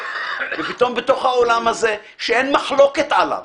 ופתאום בתוך העולם הזה, שאין מחלוקת עליו